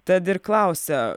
tad ir klausia